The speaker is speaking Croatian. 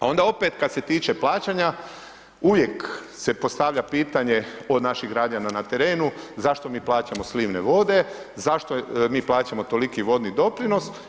A onda opet kad se tiče plaćanja, uvijek se postavlja pitanje od naših građana na terenu, zašto mi plaćamo slivne vode, zašto mi plaćamo toliki vodni doprinos.